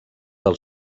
del